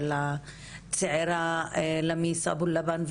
של הצעירה למיס אבו לבן,